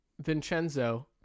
Vincenzo